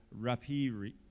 rapiri